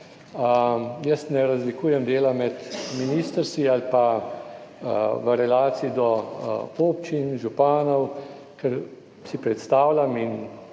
jaz ne razlikujem dela med ministrstvi ali pa v relaciji do občin, županov, ker si predstavljam, in